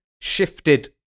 shifted